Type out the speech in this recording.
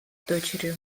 дочерью